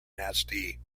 nasty